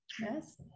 yes